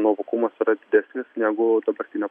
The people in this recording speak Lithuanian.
nuovokumas yra didesnis negu dabartinio